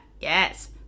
Yes